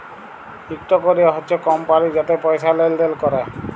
ইকট ক্যরে হছে কমপালি যাতে পয়সা লেলদেল ক্যরে